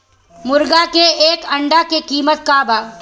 मुर्गी के एक अंडा के कीमत का बा?